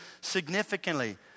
significantly